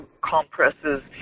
compresses